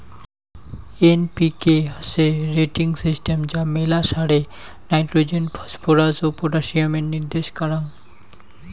NPK হসে rating system যা মেলা সারে নাইট্রোজেন, ফসফরাস ও পটাসিয়ামের নির্দেশ কারাঙ